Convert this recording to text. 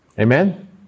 Amen